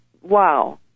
wow